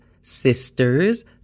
sisters